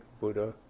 Buddha